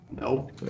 Nope